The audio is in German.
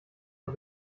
und